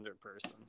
person